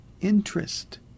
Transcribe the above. interest